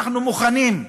אנחנו מוכנים,